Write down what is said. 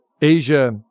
Asia